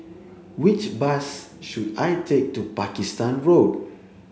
which bus should I take to Pakistan Road